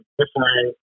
different